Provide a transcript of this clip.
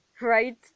Right